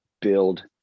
build